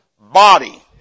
body